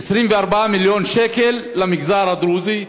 24 מיליון שקל למגזר הדרוזי,